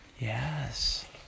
Yes